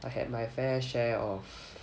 I had my fair share of